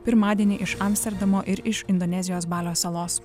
pirmadienį iš amsterdamo ir iš indonezijos balio salos